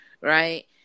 right